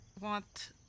want